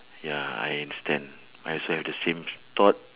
ya I understand I also have the same thought